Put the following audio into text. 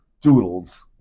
doodles